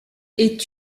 est